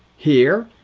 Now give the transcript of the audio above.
here,